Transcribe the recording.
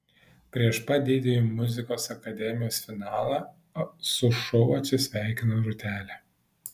prieš pat didįjį muzikos akademijos finalą su šou atsisveikino rūtelė